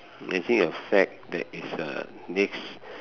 imagine a fad that is the next